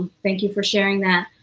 thank you for sharing that.